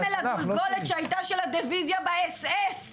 סמל הגולגולת שהייתה של הדיוויזיה באס.אס,